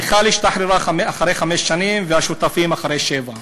מיכל השתחררה אחרי חמש שנים, והשותפים אחרי שבע.